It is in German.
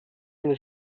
eine